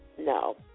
No